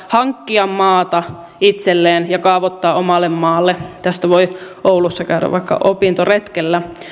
hankkia maata itselleen ja kaavoittaa omalle maalle tästä voi oulussa käydä vaikka opintoretkellä